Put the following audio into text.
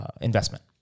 investment